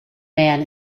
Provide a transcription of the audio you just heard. man